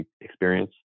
experience